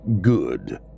Good